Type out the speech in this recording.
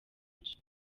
benshi